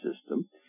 system